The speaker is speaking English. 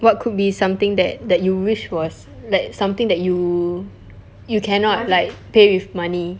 what could be something that that you wish was like something that you you cannot like pay with money